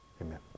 Amen